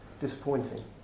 disappointing